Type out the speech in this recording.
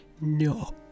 no